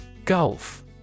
Gulf